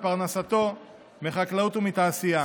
ופרנסתו מחקלאות ומתעשייה.